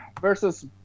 versus